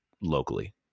locally